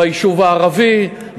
ביישוב הערבי,